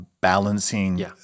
balancing